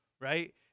Right